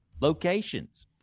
Locations